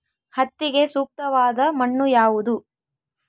ಹತ್ತಿಗೆ ಸೂಕ್ತವಾದ ಮಣ್ಣು ಯಾವುದು?